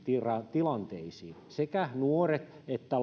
tilanteisiin sekä nuoret että